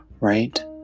right